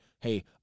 hey